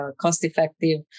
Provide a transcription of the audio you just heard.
cost-effective